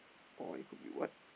or it could be what